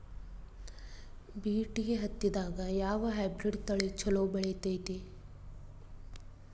BT ಹತ್ತಿದಾಗ ಯಾವ hybrid ತಳಿ ಛಲೋ ಬೆಳಿತೈತಿ?